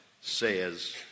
says